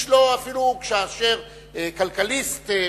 אפילו כאשר "כלכליסט"